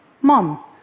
Mom